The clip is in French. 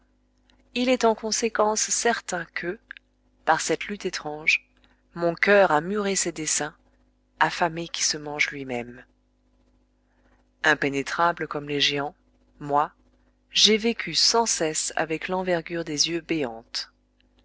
il est en conséquence certain que par cette lutte étrange mon coeur a muré ses desseins affamé qui se mange lui-même impénétrable comme les géants moi j'ai vécu sans cesse avec l'envergure des yeux béante